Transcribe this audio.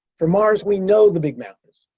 for mars, we know the big mountains.